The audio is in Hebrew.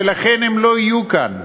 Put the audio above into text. ולכן הם לא יהיו כאן.